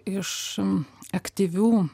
iš aktyvių